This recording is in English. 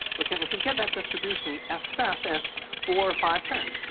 we can we can get that distribution as fast as four or five terms.